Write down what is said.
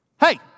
Hey